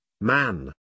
man